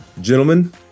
Gentlemen